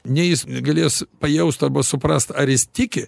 nei jis galės pajaust tą suprast ar jis tiki